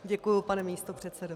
Děkuji, pane místopředsedo.